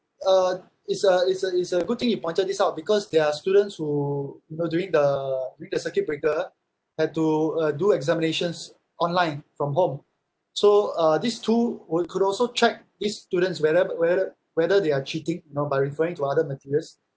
uh it's a it's a it's a good thing you pointed this out because there are students who you know during the during the circuit breaker had to uh do examinations online from home so uh these tool would could also check these students whether whether whether they are cheating you know by referring to other materials